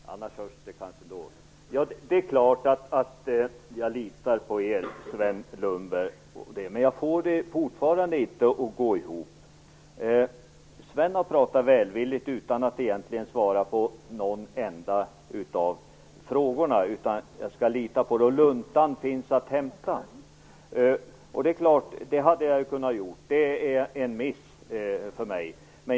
Fru talman! Det är klart att jag litar på er. Men jag får det fortfarande inte att gå ihop. Sven Lundberg har pratat välvilligt utan att egentligen svara på någon enda av frågorna. Jag skall lita på luntan som finns att hämta. Det är klart att jag hade kunnat hämta den, det är en miss.